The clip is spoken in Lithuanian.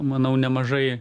manau nemažai